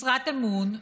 משרת אמון,